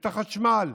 את החשמל,